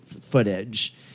footage